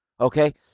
okay